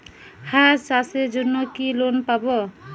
হাঁস চাষের জন্য কি লোন পাব?